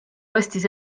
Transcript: ostis